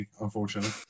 unfortunately